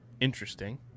interesting